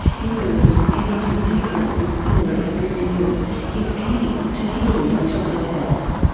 he believes connecting people with similar experiences is key to healing mental ill health.